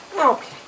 Okay